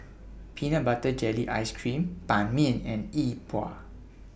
Peanut Butter Jelly Ice Cream Ban Mian and Yi Bua